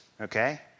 okay